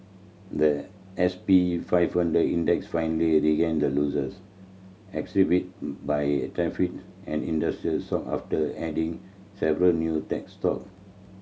the S P five hundred Index finally regained losses attributed by tariff on industrial stocks after adding several new tech stock